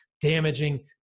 damaging